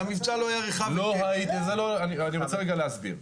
אני רוצה להסביר.